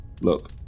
look